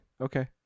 okay